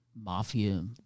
mafia